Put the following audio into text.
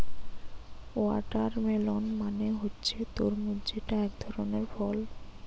watermelon মানে হচ্ছে তরমুজ যেটা একধরনের ফল